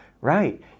Right